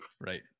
right